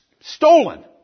stolen